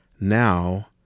now